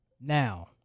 Now